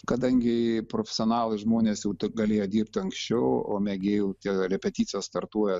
kadangi profesionalai žmonės jau galėja dirbt anksčiau o mėgėjų tie repeticijas startuoja